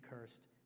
cursed